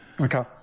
Okay